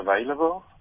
available